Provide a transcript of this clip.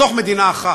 בתוך מדינה אחת,